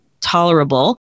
tolerable